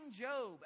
Job